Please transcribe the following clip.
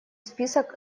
список